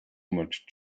much